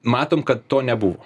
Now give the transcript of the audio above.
matom kad to nebuvo